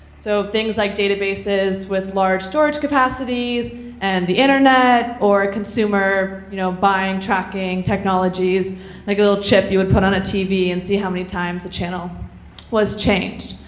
so things like databases with large storage capacities and the internet or consumer, you know buying tracking technologies like a little chip, you would put on a tv and see how many times a channel was changed.